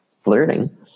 flirting